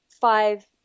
five